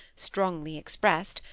strongly expressed,